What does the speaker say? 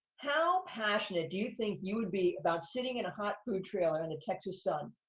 how passionate do you think you would be about sitting in a hot food trailer in the texas sun,